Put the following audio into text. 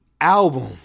album